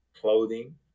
clothing